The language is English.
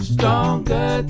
Stronger